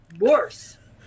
worse